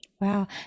Wow